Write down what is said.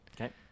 Okay